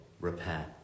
repair